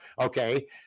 okay